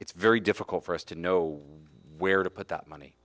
it's very difficult for us to know where to put that money